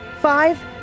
Five